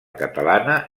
catalana